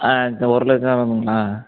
ஆ தொ ஒரு லட்சம் வேணும்ங்களா